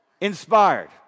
Inspired